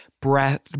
breath